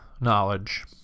knowledge